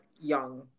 young